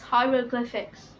Hieroglyphics